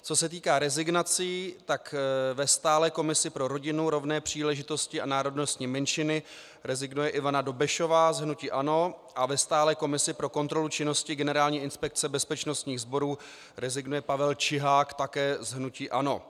Co se týká rezignací, tak ve stálé komisi pro rodinu, rovné příležitosti a národnostní menšiny rezignuje Ivana Dobešová z hnutí ANO a ve stálé komisi pro kontrolu činnosti Generální inspekce bezpečnostních sborů rezignuje Pavel Čihák, také z hnutí ANO.